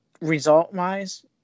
result-wise